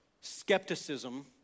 skepticism